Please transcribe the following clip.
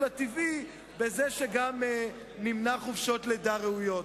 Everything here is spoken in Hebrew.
הטבעי בזה שגם נמנע חופשות לידה ראויות.